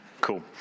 Cool